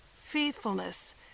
faithfulness